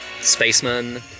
Spaceman